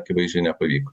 akivaizdžiai nepavyko